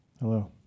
Hello